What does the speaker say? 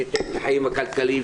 שיתק את החיים הכלכליים,